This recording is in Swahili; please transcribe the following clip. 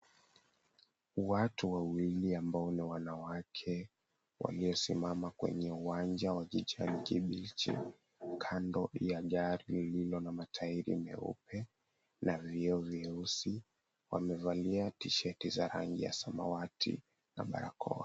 Watu wawili ambao ni wanawake waliosimama kwenye uwanja wa kijani kibichi, kando ya gari lililo na matairi meupe na vioo vyeusi, wamevalia t-shirt za rangi ya samawati na barakoa.